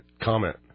comment